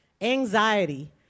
anxiety